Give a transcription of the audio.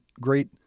great